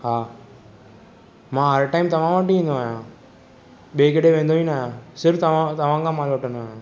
हा मां हर टाइम तव्हां वटि ई ईंदो आहियां ॿिए केॾांहुं वेंदो ई न आहियां सिर्फ़ु तव्हां तव्हांखां माल वठंदो आहियां